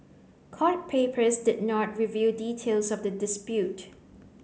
court papers did not reveal details of the dispute